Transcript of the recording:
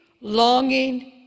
longing